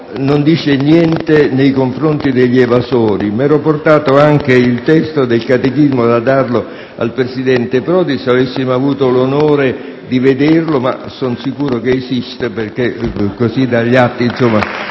non dicono nulla nei confronti degli evasori. Mi ero portato anche il testo del catechismo da dare al presidente Prodi, se avessimo avuto l'onore di vederlo, ma sono sicuro che esiste, perché così dagli atti risulta.